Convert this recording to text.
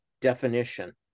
definition